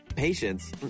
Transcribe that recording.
Patience